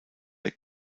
der